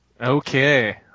Okay